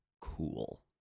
cool